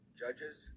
judges